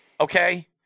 Okay